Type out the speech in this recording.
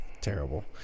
terrible